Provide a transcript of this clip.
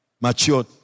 matured